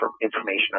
information